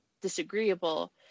disagreeable